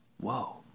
Whoa